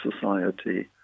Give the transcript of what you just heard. society